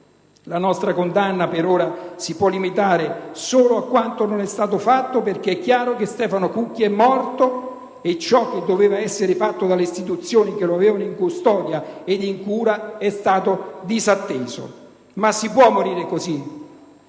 La nostra condanna per ora si può limitare solo a quanto non è stato fatto, perché è chiaro che Stefano Cucchi è morto e ciò che doveva essere fatto dalle istituzioni che lo avevano in custodia ed in cura è stato disatteso. Ma si può morire così?